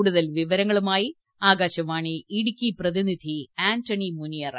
കൂടുതൽ വിവരങ്ങളുമായി ആകാശവാണി ഇടുക്കി പ്രതിനിധി ആന്റണി മുനിയറ